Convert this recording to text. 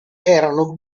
erano